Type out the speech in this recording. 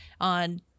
on